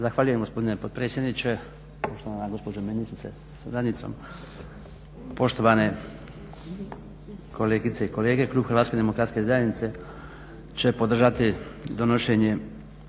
Zahvaljujem gospodine potpredsjedniče, štovana gospođo ministrice sa suradnicom, poštovane kolegice i kolege. Klub HDZ-a će podržati donošenje